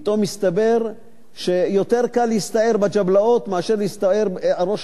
פתאום הסתבר שיותר קל להסתער בג'בלאות מאשר להסתער על ראש